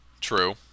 True